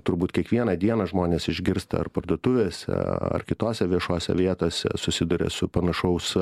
turbūt kiekvieną dieną žmonės išgirsta ar parduotuvėse ar kitose viešose vietose susiduria su panašaus